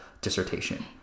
dissertation